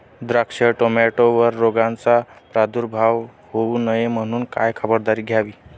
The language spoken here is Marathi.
द्राक्ष, टोमॅटोवर रोगाचा प्रादुर्भाव होऊ नये म्हणून काय खबरदारी घ्यावी?